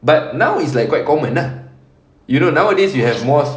but now is like quite common ah you know nowadays you have mosque